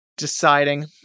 Deciding